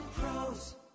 pros